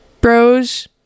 Bros